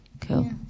cool